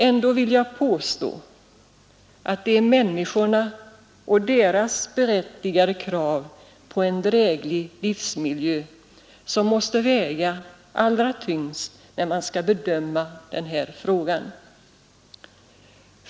Ändå vill jag påstå, att det är människorna och deras berättigade krav på en dräglig livsmiljö som måste väga allra tyngst när man skall bedöma den här frågan.